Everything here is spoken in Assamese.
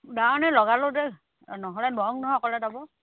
দাৱণী লগালোঁ দেই নহ'লে নোৱাৰোঁ নহয় অকলে দাৱ